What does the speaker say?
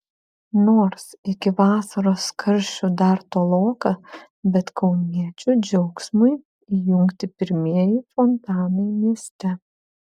nors iki vasaros karščių dar toloka bet kauniečių džiaugsmui įjungti pirmieji fontanai mieste